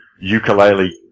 ukulele